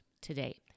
today